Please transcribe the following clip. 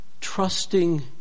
trusting